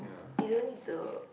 you don't need to